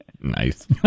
Nice